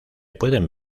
pueden